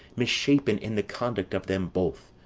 misshapen in the conduct of them both,